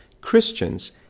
christians